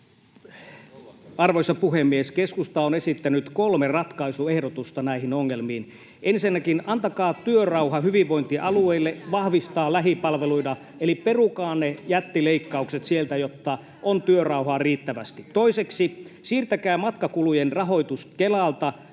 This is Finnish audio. Arvoisa puhemies! Keskusta on esittänyt kolme ratkaisuehdotusta näihin ongelmiin: Ensinnäkin: Antakaa työrauha hyvinvointialueille vahvistaa lähipalveluita. Eli perukaa ne jättileikkaukset sieltä, jotta on työrauhaa riittävästi. Toiseksi: Siirtäkää matkakulujen rahoitus Kelalta